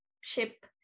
ship